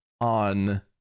on